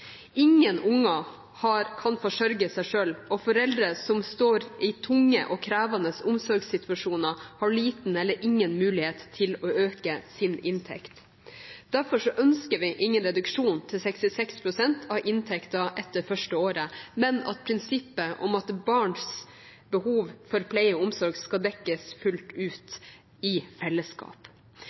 Ingen barn kan forsørge seg selv, og foreldre som står i tunge og krevende omsorgssituasjoner, har liten eller ingen mulighet til å øke sin inntekt. Derfor ønsker vi ingen reduksjon til 66 pst. av inntekten etter det første året, men at prinsippet om at barns behov for pleie og omsorg skal dekkes fullt ut